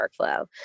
workflow